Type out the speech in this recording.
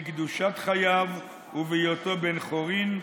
בקדושת חייו ובהיותו בן חורין,